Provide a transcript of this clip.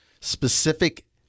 specific